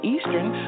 Eastern